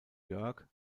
jörg